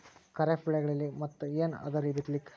ಖರೀಫ್ ಬೆಳೆಗಳಲ್ಲಿ ಮತ್ ಏನ್ ಅದರೀ ಬಿತ್ತಲಿಕ್?